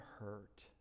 hurt